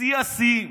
שיא השיאים.